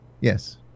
Yes